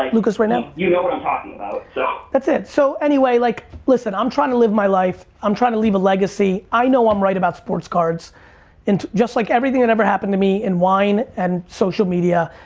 like luka's right now? so like you know what i'm talking about so that's it, so anyway, like listen, i'm trying to live my life. i'm trying to leave a legacy. i know i'm right about sports cards and just like everything that ever happened to me in wine and social media,